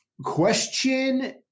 Question